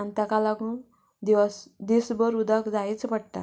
आनी तेका लागून दिवस दीस भर उदक जायूंच पडटा